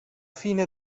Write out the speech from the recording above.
fine